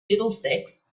middlesex